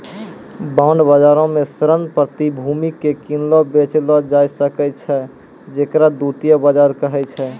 bond बजारो मे ऋण प्रतिभूति के किनलो बेचलो जाय सकै छै जेकरा द्वितीय बजार कहै छै